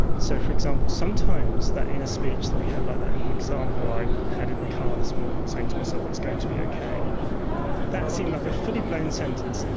so, for example, sometimes that inner speech that we have, like that example i had in the car this morning, saying to myself, it's going to be okay that seemed like a fully blown sentence,